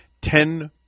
ten